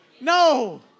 No